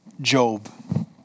Job